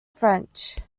french